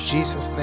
Jesus